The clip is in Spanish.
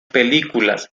películas